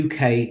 uk